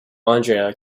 andrea